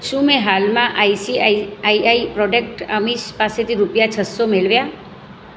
શું મેં હાલમાં આઈસીઆઈઆઈ પ્રોટેક્ટ અમીશ પાસેથી રૂપિયા છસ્સો મેળવ્યાં